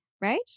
right